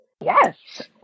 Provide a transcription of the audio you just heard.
Yes